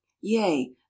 yea